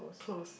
close